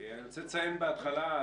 רוצה לציין בהתחלה,